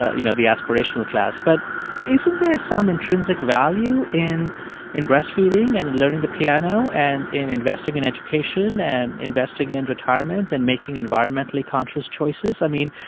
you know, the aspirational class, but isn't there some intrinsic value in in breastfeeding and in learning the piano and in investing in education and investing in retirement and making environmentally conscious choices? i mean,